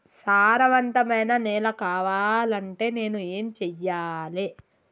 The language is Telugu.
సారవంతమైన నేల కావాలంటే నేను ఏం చెయ్యాలే?